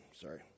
Sorry